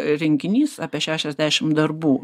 rinkinys apie šešiasdešim darbų